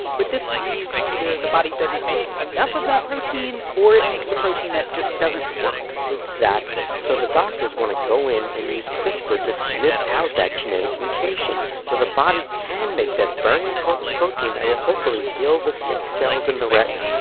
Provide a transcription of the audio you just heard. with this disease, either the body doesn't make enough of that protein or it makes a protein that just doesn't work exactly. so the doctors want to go in and use crispr to snip out that genetic mutation so the body can make that very important protein that will hopefully heal the sick cells in the retina,